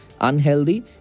unhealthy